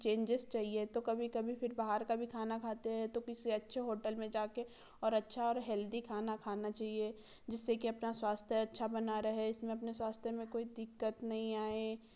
changes चाहिए तो कभी कभी फिर बाहर का भी खाना खाते हैं तो किसी अच्छे होटल में जाकर और अच्छा और हेल्थी खाना खाना चाहिए जिससे कि अपना स्वास्थ्य अच्छा बना रहें इसमें अपने स्वास्थ्य में कोई दिक्कत नहीं आए